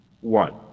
one